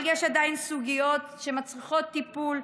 אבל יש עדיין סוגיות שמצריכות טיפול.